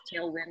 Tailwind